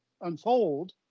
unfold